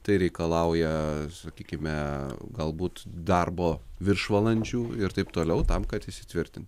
tai reikalauja sakykime galbūt darbo viršvalandžių ir taip toliau tam kad įsitvirtint